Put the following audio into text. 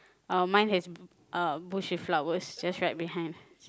uh mine has uh bush with flowers just right behind